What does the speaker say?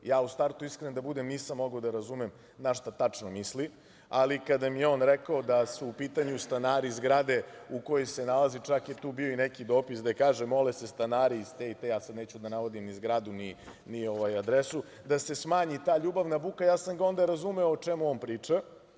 Ja u startu da budem iskren nisam mogao da razumem na šta tačno misli, ali kada mi je on rekao da su u pitanju stanari zgrade u kojoj se nalazi, čak je tu bio i neki dopis, gde kaže – mole se stanari iz te i te, ja sada neću da navodim ni zgradu, ni adresu, da se smanji ta ljubavna buka, ja sam ga onda razumeo o čemu on priča.